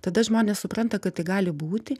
tada žmonės supranta kad tai gali būti